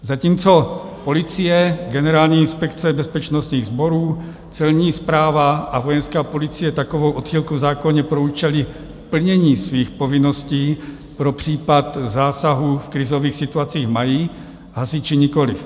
Zatímco Policie, Generální inspekce bezpečnostních sborů, Celní správa a Vojenská policie takovou odchylku v zákoně pro účely plnění svých povinností pro případ zásahu v krizových situacích mají, hasiči nikoliv.